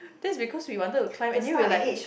that's because we wanted to climb and then we're like